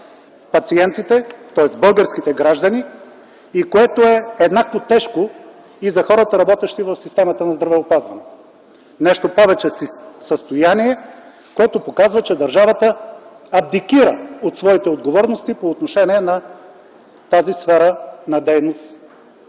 пациентите, тоест българските граждани и което е еднакво тежко и за хората работещи в системата на здравеопазването. Нещо повече. Състояние което показва, че държавата абдикира от своите отговорности по отношение на тази сфера на дейност.